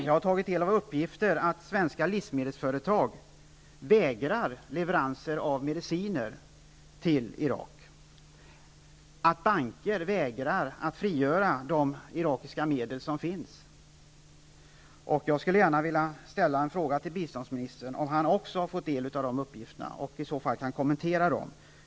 Jag har tagit del av uppgifter om att svenska läkemedelsföretag vägrar leverans av mediciner till Irak och att banker vägrar att frigöra de irakiska medel som finns hos dem. Jag vill fråga statsrådet om han också har fått del av dessa uppgifter och om han i så fall kan kommentera dem.